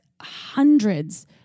hundreds